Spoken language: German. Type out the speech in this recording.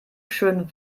schön